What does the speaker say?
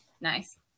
Nice